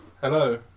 Hello